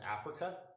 Africa